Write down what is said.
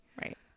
Right